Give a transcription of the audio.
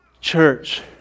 Church